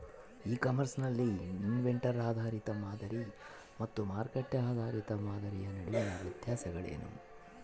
E commerce ನಲ್ಲಿ inventory ಆಧಾರಿತ ಮಾದರಿ ಮತ್ತು ಮಾರುಕಟ್ಟೆ ಆಧಾರಿತ ಮಾದರಿಯ ನಡುವಿನ ವ್ಯತ್ಯಾಸಗಳೇನು?